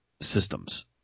systems